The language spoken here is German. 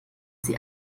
sie